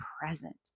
present